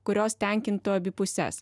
kurios tenkintų abi puses